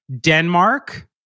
Denmark